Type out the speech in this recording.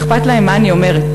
אכפת להם מה אני אומרת,